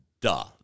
duh